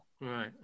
right